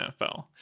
nfl